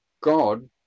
God